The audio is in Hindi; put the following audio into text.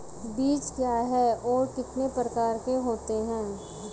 बीज क्या है और कितने प्रकार के होते हैं?